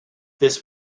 this